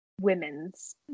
women's